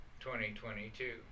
2022